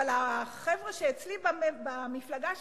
אבל החבר'ה שאצלי, במפלגה שלי,